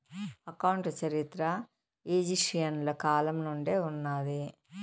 account చరిత్ర ఈజిప్షియన్ల కాలం నుండే ఉన్నాది